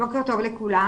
בוקר טוב לכולם.